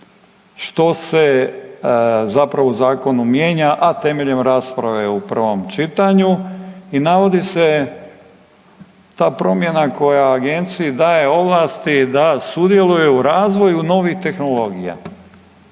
što se zapravo u zakonu mijenja, a temeljem rasprave u prvom čitanju i navodi se ta promjena koja agenciji daje ovlasti da sudjeluje u razvoju novih tehnologija